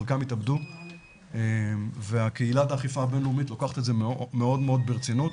חלקם התאבדו וקהילת האכיפה הבינלאומית לוקחת את זה מאוד מאוד ברצינות.